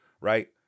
right